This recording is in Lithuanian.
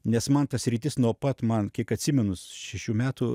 nes man ta sritis nuo pat man kiek atsimenu šešių metų